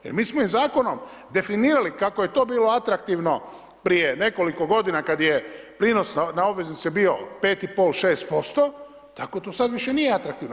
Jer mi smo i zakonom definirali kako je to bilo atraktivno prije nekoliko godina kad je prinos na obveznice bio 5,5-6%, tako to sad više nije atraktivno.